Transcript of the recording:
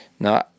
No